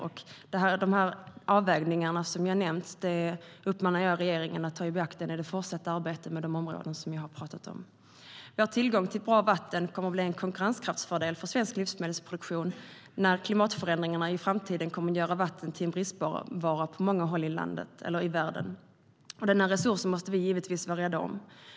Jag uppmanar regeringen att ta de avvägningar som jag har nämnt i beaktande i det fortsatta arbetet med de områden som jag har talat om. Vår tillgång till bra vatten kommer att bli en konkurrenskraftsfördel för svensk livsmedelsproduktion när klimatförändringar i framtiden kommer att göra vatten till en bristvara på många håll i världen. Denna resurs måste vi givetvis vara rädda om.